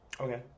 Okay